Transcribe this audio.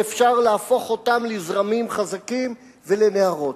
ואפשר להפוך אותם לזרמים חזקים ולנהרות.